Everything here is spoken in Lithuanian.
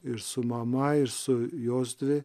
ir su mama ir su jos dvi